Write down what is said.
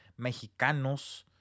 Mexicanos